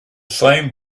same